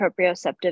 proprioceptive